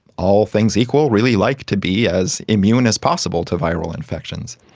all things equal, really like to be as immune as possible to viral infections.